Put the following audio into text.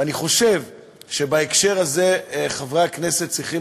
ואני חושב שבהקשר הזה חברי הכנסת צריכים,